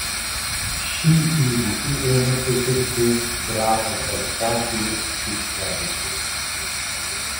šį įvykį ėmėsi tirti grafas eustachijus tiškevičius